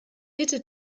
bitte